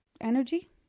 energy